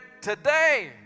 today